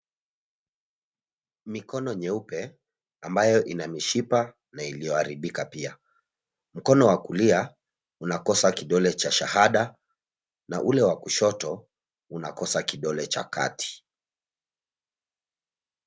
Mikono nyeupe ambayo ina mishipa na iliyoharibika pia. Mkono wa kulia unakosa kidole cha shahada na ule wa kushoto unakosa kidole cha kati.